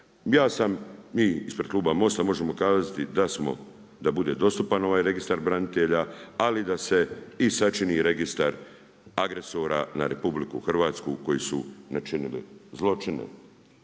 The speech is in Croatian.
branitelja? Ispred kluba Most-a možemo kazati da bude dostupan ovaj registar branitelja, ali da se i sačini registar agresora na RH koji su načinili zločine.